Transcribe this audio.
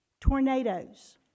tornadoes